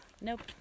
Nope